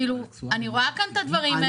כאילו אני רואה כאן את הדברים האלה,